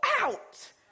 out